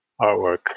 artwork